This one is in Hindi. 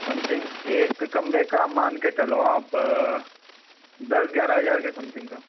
समथिंग एक कमरे का मान के चलो आप दस ग्यारह हज़ार के समथिंग का